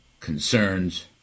Concerns